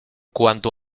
cuanto